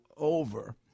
over